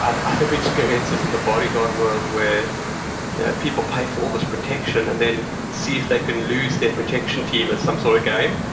i've had other experiences in the bodyguard world where people pay for all this protection, and then see if they can lose their protection team as some sort of game.